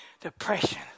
Depression